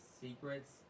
secrets